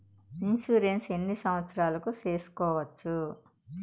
Insurance ఎన్ని సంవత్సరాలకు సేసుకోవచ్చు?